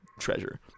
treasure